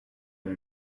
mon